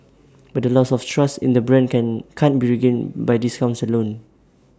but the loss of trust in the brand can can't be regained by discounts alone